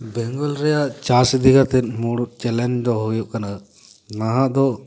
ᱵᱮᱝᱜᱚᱞ ᱨᱮᱭᱟᱜ ᱪᱟᱥ ᱤᱫᱤ ᱠᱟᱛᱮᱫ ᱢᱩᱲᱩᱫ ᱪᱮᱞᱮᱧᱡ ᱫᱚ ᱦᱩᱭᱩᱜ ᱠᱟᱱᱟ ᱱᱟᱦᱟᱜ ᱫᱚ